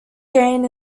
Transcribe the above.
gain